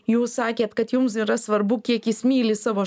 jūs sakėt kad jums yra svarbu kiek jis myli savo